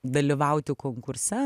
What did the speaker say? dalyvauti konkurse